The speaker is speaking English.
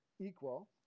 equal